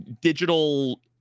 digital